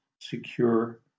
secure